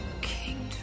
kingdom